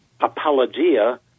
apologia